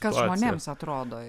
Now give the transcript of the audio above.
kas žmonėms atrodo